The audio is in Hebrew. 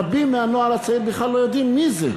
רבים מהנוער הצעיר בכלל לא יודעים מי זה.